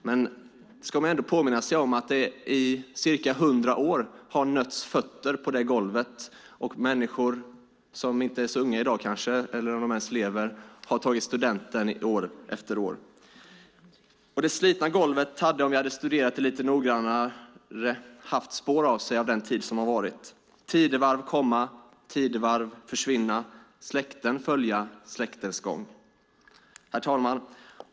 Men man ska ändå påminna sig att fötter i cirka hundra år har nött det golvet. Människor som i dag inte är så unga - om de ens lever - har tagit studenten år efter år. Det slitna golvet hade, om vi hade studerat det lite noggrannare, haft spår av den tid som har varit. "Tidevarv komma, tidevarv försvinna, släkten följa släktens gång." Herr talman!